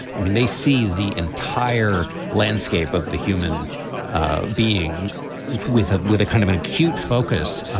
i mean, they see the entire landscape of the human ah being with a with a kind of an acute focus.